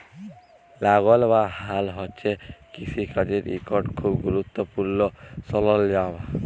লাঙ্গল বা হাল হছে কিষিকাজের ইকট খুব গুরুত্তপুর্ল সরল্জাম